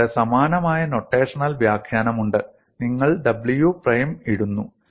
നിങ്ങൾക്ക് സമാനമായ നൊട്ടേഷണൽ വ്യാഖ്യാനമുണ്ട് നിങ്ങൾ W പ്രൈം ഇടുന്നു